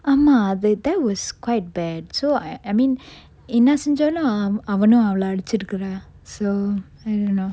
ஆமா அது:aama athu that was quite bad so I I mean என்ன செஞ்சாலும் அவனும் அவள அடிச்சு இருக்குறான்:enna senjalum avanum avala adichu irukkuran so I don't know